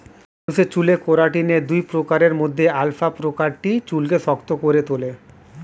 মানুষের চুলে কেরাটিনের দুই প্রকারের মধ্যে আলফা প্রকারটি চুলকে শক্ত করে তোলে